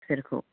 खुसेरखौ